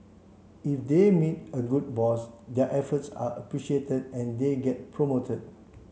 if they meet a good boss their efforts are appreciated and they get promoted